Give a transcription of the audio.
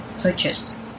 purchase